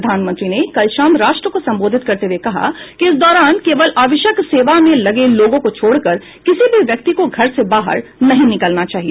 प्रधानमंत्री ने कल शाम राष्ट्र को संबोधित करते हुए कहा कि इस दौरान केवल आवश्यक सेवा में लगे लोगों को छोड़कर किसी भी व्यक्ति को घर से बाहर नहीं निकलना चाहिए